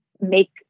make